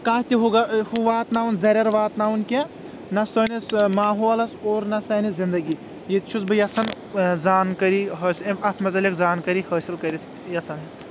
کانٛہہ تہِ ہُہ ہُہ واتناوُن زریر واتناوُن کینٛہہ نہ سٲنِس ماحولس پوٗرٕ نہ سٲنِس زندگی یہِ تہِ چھُس بہٕ یژھان زانکٲری حٲصل اتھ مُتعلق زانکٲری حٲصِل کٔرتھ یژھان